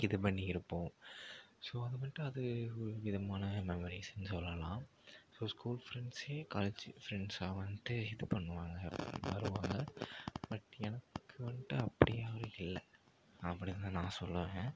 இது பண்ணி இருப்போம் ஸோ அதுமேட்டு அது ஒரு விதமான மெமரிஸ்ன்னு சொல்லலாம் ஸோ ஸ்கூல் ஃப்ரெண்ட்ஸே காலேஜ் ஃப்ரெண்ட்ஸாக வந்ட்டு இது பண்ணுவாங்க வருவாங்க பட் எனக்கு வந்துவிட்டு அப்படி யாரும் இல்லை அப்படின்னுதான் நான் சொல்லுவேன்